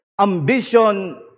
ambition